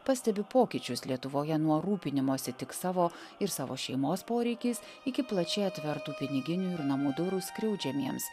pastebi pokyčius lietuvoje nuo rūpinimosi tik savo ir savo šeimos poreikiais iki plačiai atvertų piniginių ir namų durų skriaudžiamiems